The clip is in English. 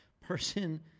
person